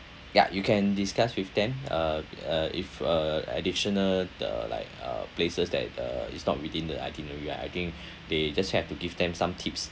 ya you can discuss with them uh uh if uh additional uh like uh places that uh it's not within the itinerary uh I think they just have to give them some tips